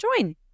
join